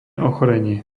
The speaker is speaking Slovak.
ochorenie